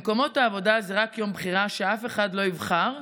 במקומות העבודה זה רק יום בחירה שאף אחד לא יבחר,